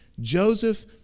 Joseph